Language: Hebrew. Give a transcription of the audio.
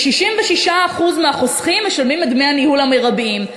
ש-66% מהחוסכים משלמים את דמי הניהול המרביים,